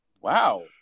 Wow